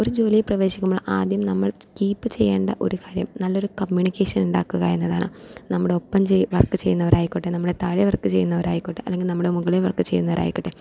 ഒരു ജോലിയിൽ പ്രവേശിക്കുമ്പോൾ ആദ്യം നമ്മൾ കീപ്പ് ചെയ്യേണ്ട ഒരു കാര്യം നല്ലൊരു കമ്മ്യൂണിക്കേഷൻ ഉണ്ടാക്കുക എന്നതാണ് നമ്മുടെ ഒപ്പം ചെ വർക്ക് ചെയ്യുന്നവരായിക്കോട്ടെ നമ്മുടെ താഴെ വർക്ക് ചെയ്യുന്നവരായിക്കോട്ടെ അല്ലെങ്കിൽ നമ്മുടെ മുകളിൽ വർക്ക് ചെയ്യുന്നവരായിക്കോട്ടെ